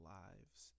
lives